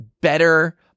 better